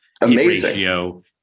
Amazing